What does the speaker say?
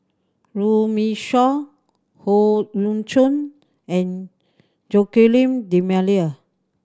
Runme Shaw Howe Yoon Chong and Joaquim D'Almeida